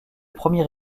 premier